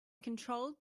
controlled